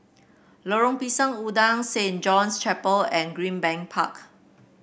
Lorong Pisang Udang Saint John's Chapel and Greenbank Park